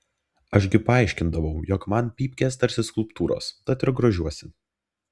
aš gi paaiškindavau jog man pypkės tarsi skulptūros tad ir grožiuosi